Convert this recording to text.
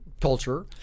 culture